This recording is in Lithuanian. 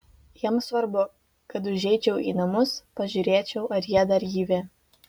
jiems svarbu kad užeičiau į namus pažiūrėčiau ar jie dar gyvi